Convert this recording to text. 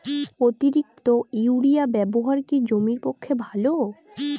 অতিরিক্ত ইউরিয়া ব্যবহার কি জমির পক্ষে ভালো?